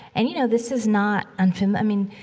and, you know, this is not unfam i mean,